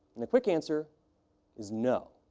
and the quick answer is no.